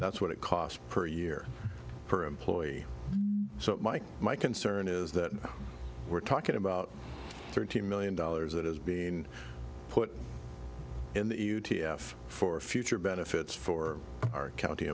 that's what it cost per year per employee so my my concern is that we're talking about thirteen million dollars that is being put in the t f for future benefits for our county